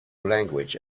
language